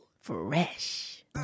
Fresh